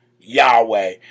Yahweh